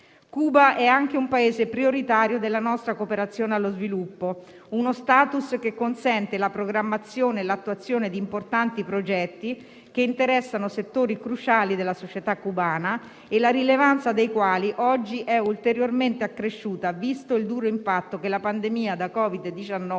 Cuba è anche un Paese prioritario della nostra cooperazione allo sviluppo, uno *status* che consente la programmazione e l'attuazione di importanti progetti che interessano settori cruciali della società cubana e la rilevanza dei quali oggi è ulteriormente accresciuta visto il duro impatto che la pandemia da Covid-19